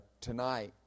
tonight